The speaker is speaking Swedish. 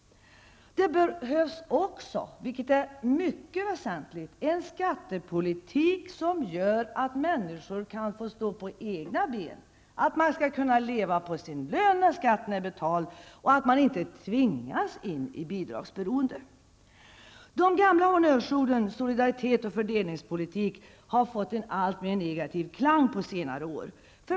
Det behövs också, vilket är mycket väsentligt, en skattepolitik som gör att människor kan stå på egna ben, att man kan leva på sin lön när skatten är betald och att man inte tvingas in i bidragsberoende. Det gamla honnörsorden ''solidaritet'' och ''fördelningspolitik'' har fått en alltmer negativ klang på senare år.